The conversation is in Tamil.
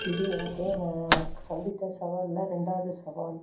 இது எனக்கு நான் சந்தித்த சவாலில் ரெண்டாவது சவால்